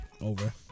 Over